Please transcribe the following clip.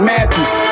Matthews